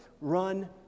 run